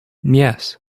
yes